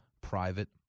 private